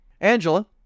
Angela